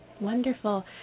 Wonderful